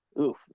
oof